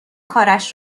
کارش